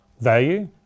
value